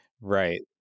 Right